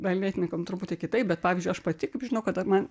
dailėtininkam truputį kitaip bet pavyzdžiui aš pati kaip žinau kada man